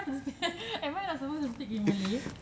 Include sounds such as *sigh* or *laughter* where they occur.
*laughs* I'm I not supposed to speak in malay